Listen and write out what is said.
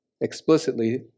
explicitly